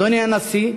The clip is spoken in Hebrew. אדוני הנשיא,